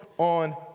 on